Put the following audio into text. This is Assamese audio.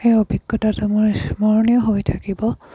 সেই অভিজ্ঞতাটো মোৰ স্মৰণীয় হৈ থাকিব